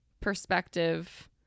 perspective